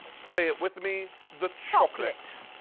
say it with me, the chocolate.